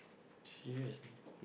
seriously